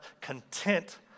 content